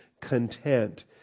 content